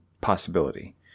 possibility